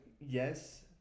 Yes